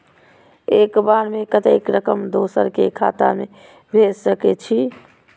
एक बार में कतेक रकम दोसर के खाता में भेज सकेछी?